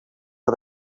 for